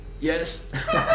Yes